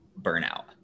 burnout